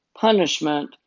punishment